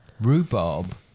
Rhubarb